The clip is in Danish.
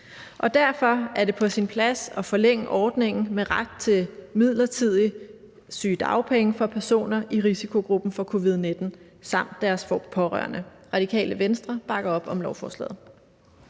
Derfor er det på sin plads at forlænge ordningen med ret til midlertidige sygedagpenge for personer i risikogruppen i forhold til covid-19 samt deres pårørende. Radikale Venstre bakker op om lovforslaget.